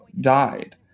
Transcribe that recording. died